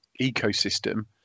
ecosystem